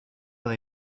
they